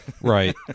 Right